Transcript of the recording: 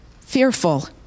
fearful